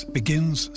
begins